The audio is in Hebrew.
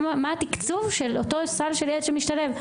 מה התקצוב של אותו סל של ילד שמשתלב?